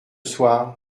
soir